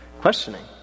questioning